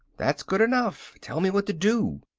that's good enough. tell me what to do.